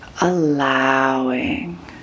allowing